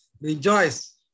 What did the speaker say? rejoice